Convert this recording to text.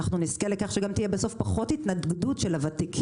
אנחנו נזכה לכך שגם תהיה בסוף פחות התנגדות של הוותיקים